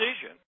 decision